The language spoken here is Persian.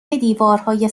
دیوارهای